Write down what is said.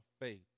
faith